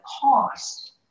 cost